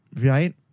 right